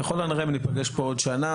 ככל הנראה אם נפגש פה עוד שנה,